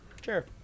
Sure